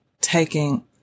taking